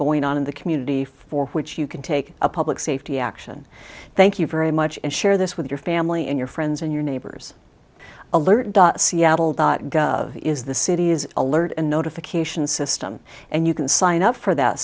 going on in the community for which you can take a public safety action thank you very much and share this with your family and your friends and your neighbors alert seattle dot gov is the city's alert and notification system and you can sign up for that